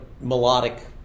melodic